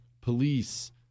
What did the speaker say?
police